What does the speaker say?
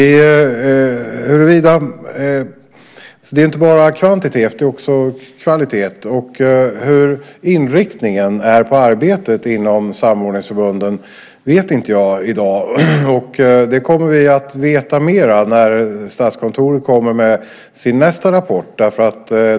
Det är inte bara fråga om kvantitet. Det är också fråga om kvalitet. Hur inriktningen är på arbetet inom samordningsförbunden vet jag inte i dag. Det kommer vi att veta mer om när Statskontoret kommer med sin nästa rapport.